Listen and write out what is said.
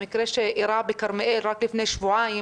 המקרה שאירע בכרמיאל רק לפני שבועיים,